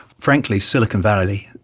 frankly silicon valley,